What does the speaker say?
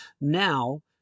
Now